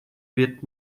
wird